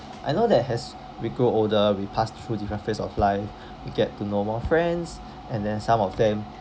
I know that as we grow older we passed through different phase of life you get to know more friends and then some of them